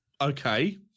Okay